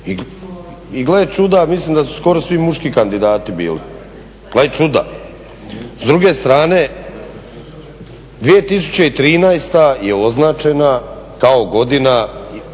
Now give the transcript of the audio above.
i gle čuda mislim da su skoro svi muški kandidati bili, gle čuda. S druge strane, 2013. je označena kao godina